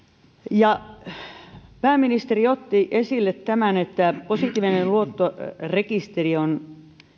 pääministeri otti esille tämän että positiivinen luottorekisteri on